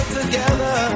together